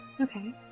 Okay